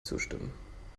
zustimmen